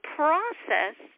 process